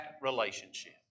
relationship